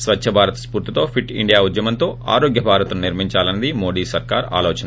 స్వచ్చభారత్ స్పూర్తితో fit India ఉద్యమంతో ఆరోగ్య భారత్ ని నిర్మించాలన్నది మోడీ సర్కార్ ఆలోచన